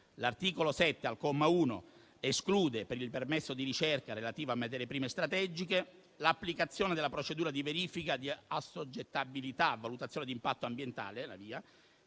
L'articolo 7 al comma 1 esclude, per il permesso di ricerca relativo a materie prime strategiche, l'applicazione della procedura di verifica di assoggettabilità a valutazione di impatto ambientale (VIA)